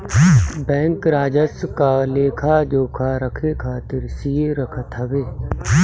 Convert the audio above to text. bank राजस्व क लेखा जोखा रखे खातिर सीए रखत हवे